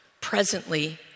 Presently